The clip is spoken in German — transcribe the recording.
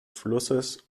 flusses